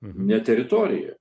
ne teritorija